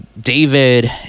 David